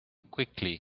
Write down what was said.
quickly